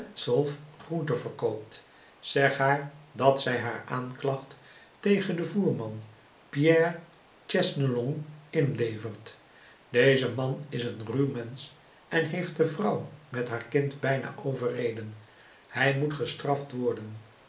groente verkoopt zeg haar dat zij haar aanklacht tegen den voerman pierre chesnelong inlevert deze man is een ruw mensch en heeft de vrouw met haar kind bijna overreden hij moet gestraft worden